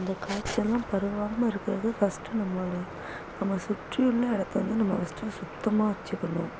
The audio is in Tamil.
இந்த காய்ச்செல்லாம் பரவாமல் இருக்கிறதுக்கு ஃபஸ்ட்டு நம்மளை நம்மளை சுற்றி உள்ள இடத்தை வந்து நம்ம ஃபஸ்ட்டு சுத்தமாக வச்சுக்கணும்